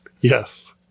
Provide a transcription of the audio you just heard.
Yes